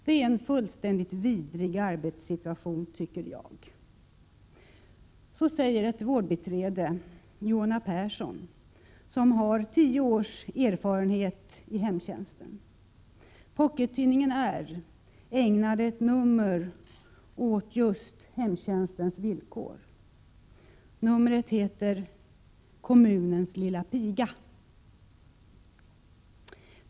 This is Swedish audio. Det är en fullständigt vidrig arbetssituation, tycker jag.” Så säger ett vårdbiträde, Ilona Persson, som har tio års erfarenhet i hemtjänsten. Pockettidningen R ägnade ett nummer åt just hemtjänstens villkor. Numret heter Kommunens lilla piga.